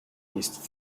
east